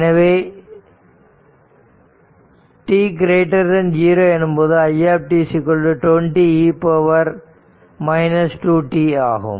எனவே t 0 எனும்போது i t 20 e 2t ஆகும்